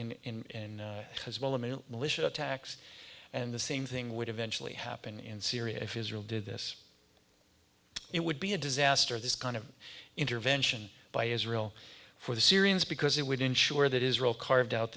militia attacks and the same thing would eventually happen in syria if israel did this it would be a disaster of this kind of intervention by israel for the syrians because it would ensure that israel carved out